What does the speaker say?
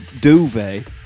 duvet